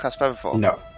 No